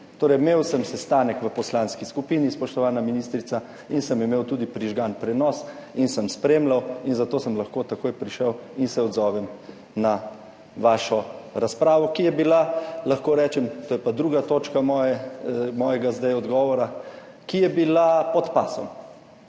naprej. Imel sem sestanek v poslanski skupini, spoštovana ministrica, in sem imel tudi prižgan prenos in sem spremljal in zato sem lahko takoj prišel in se odzovem na vašo razpravo, ki je bila, lahko rečem, to je pa zdaj druga točka mojega odgovora, ki je bila pod pasom.